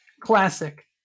classic